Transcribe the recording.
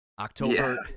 October